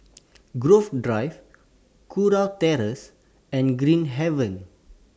Grove Drive Kurau Terrace and Green Haven